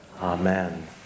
Amen